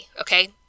okay